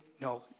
no